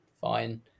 fine